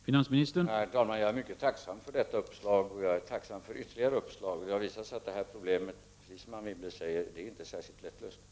Herr talman! Jag är mycket tacksam för detta uppslag, och jag är tacksam för ytterligare uppslag. Det har visat sig att detta problem, precis som Anne Wibble säger, inte är särskilt lätt att lösa.